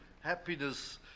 happiness